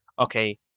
okay